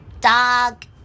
dog